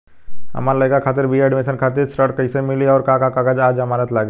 हमार लइका खातिर बी.ए एडमिशन खातिर ऋण कइसे मिली और का का कागज आ जमानत लागी?